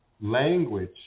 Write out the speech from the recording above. language